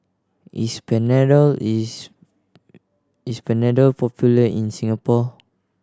is Panadol is is Panadol popular in Singapore